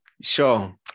Sure